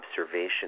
observation